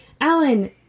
Alan